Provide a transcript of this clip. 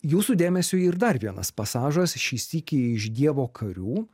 jūsų dėmesiui ir dar vienas pasažas šį sykį iš dievo karių